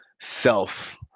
self